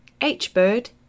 hbird